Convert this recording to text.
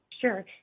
Sure